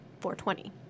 420